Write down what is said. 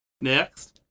Next